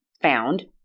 found